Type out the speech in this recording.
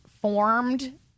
formed